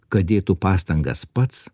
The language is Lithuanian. kad dėtų pastangas pats